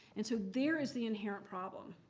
and so there is the inherent problem.